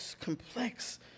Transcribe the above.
complex